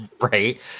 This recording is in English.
Right